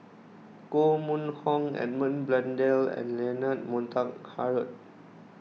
Koh Mun Hong Edmund Blundell and Leonard Montague Harrod